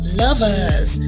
lovers